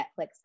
Netflix